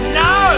no